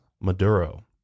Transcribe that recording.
Maduro